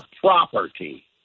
property